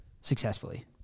successfully